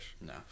No